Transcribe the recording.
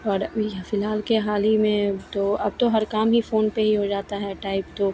और अभी फ़िलहाल के हाल ही में तो अब तो हर काम ही फ़ोन पर ही हो जाता है टाइप तो